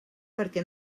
perquè